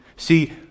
See